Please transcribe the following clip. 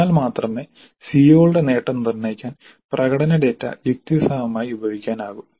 എന്നാൽ മാത്രമേ സിഒകളുടെ നേട്ടം നിർണ്ണയിക്കാൻ പ്രകടന ഡാറ്റ യുക്തിസഹമായി ഉപയോഗിക്കാനാകൂ